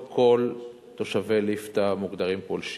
לא כל תושבי ליפתא מוגדרים פולשים,